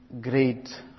great